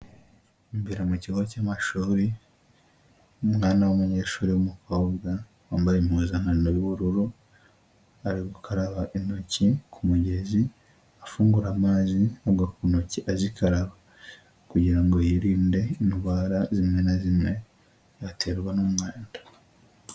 Imbere mu kigo cy'amashuri, umwana w'umunyeshuri w'umukobwa wambaye impuzankano y' ubururu, ari gukaraba intoki ku mugezi afungura amazi amugwa ku ntoki azikaraba, kugira ngo yirinde indwara zimwe na zimwe aterwa n'umwanda.